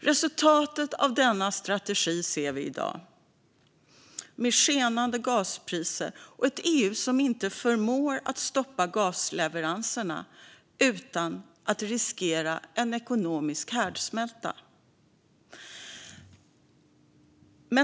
Resultatet av denna strategi ser vi i dag med skenande gaspriser och ett EU som inte förmår att stoppa gasleveranserna utan att riskera en ekonomisk härdsmälta.